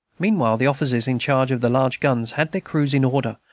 meanwhile the officers in charge of the large guns had their crews in order,